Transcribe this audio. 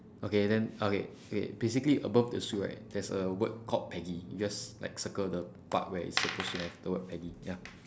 okay then okay okay basically above the sue right there's a word called peggy you just like circle the part where it supposed to have the word peggy ya